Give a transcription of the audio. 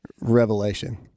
revelation